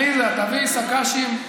עליזה, תביאי שק"שים,